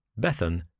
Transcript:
Bethan